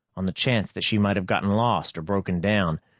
on the chance that she might have gotten lost or broken down,